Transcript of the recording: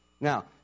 Now